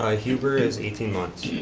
ah huber is eighteen months.